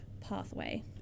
pathway